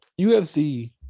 UFC